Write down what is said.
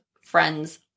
friends